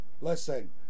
Listen